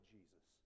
Jesus